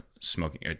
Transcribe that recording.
smoking